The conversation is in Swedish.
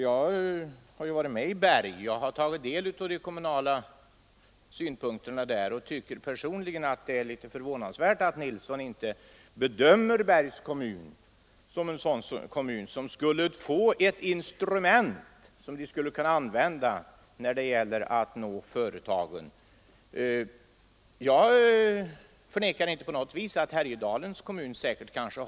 Jag har varit med i Berg och tagit del av de kommunala synpunkterna där, och jag tycker personligen att det är förvånansvärt att herr Nilsson i Östersund inte bedömer Bergs kommun som en kommun som behöver ett instrument för att kunna nå företagen. Jag förnekar inte att Härjedalens kommun har samma problem.